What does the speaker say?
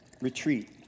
retreat